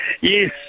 Yes